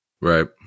Right